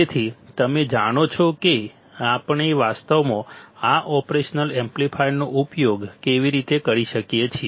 તેથી તમે જાણો છો કે આપણે વાસ્તવમાં આ ઓપરેશનલ એમ્પ્લીફાયરનો ઉપયોગ કેવી રીતે કરી શકીએ છીએ